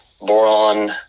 boron